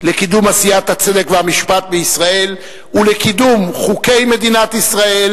לקידום עשיית הצדק והמשפט בישראל ולקידום חוקי מדינת ישראל,